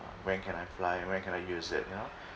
when can I fly when can I use it you know